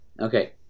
okay